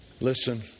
Listen